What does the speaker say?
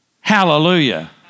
Hallelujah